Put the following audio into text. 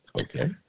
Okay